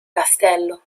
castello